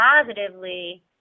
positively